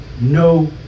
No